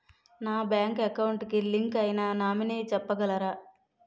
నా bank account కి link అయినా నామినీ చెప్పగలరా?